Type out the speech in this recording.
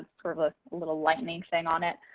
sort of a little lightning thing on it.